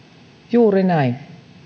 juuri näin